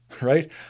right